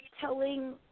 telling